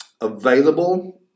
available